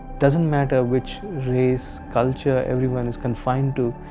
doesn't matter which race culture everyone is confined to,